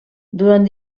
durant